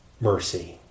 mercy